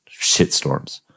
shitstorms